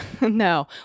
No